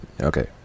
Okay